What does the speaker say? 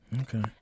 Okay